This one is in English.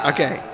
Okay